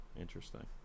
Interesting